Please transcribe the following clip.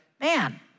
man